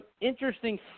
interesting